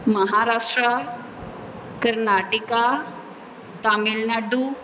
Maharashtra Karnataka Tamil Nadu